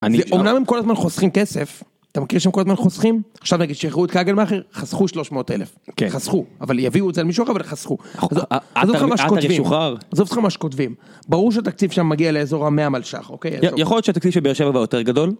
אומנם הם כל הזמן חוסכים כסף, אתה מכיר שהם כל הזמן חוסכים, עכשיו נגיד שהראו את קאגל מאחר, חסכו 300 אלף, חסכו, אבל יביאו את זה על מישהו אחר אבל חסכו, עטר ישוחרר, עזוב אותך מה שכותבים, ברור שהתקציב שם מגיע לאזור המאה מלשך, אוקיי? יכול להיות שהתקציב של באר שבע יותר גדול?